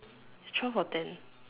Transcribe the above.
twelve or ten